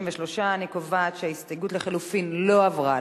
אני קובעת שההסתייגות לחלופין לא עברה.